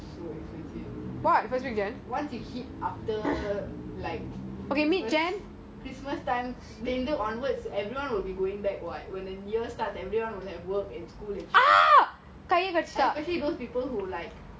once they hit after like christmas then his worst time mainly onwards everyone will be going back what when the new year starts everyone will have work and school and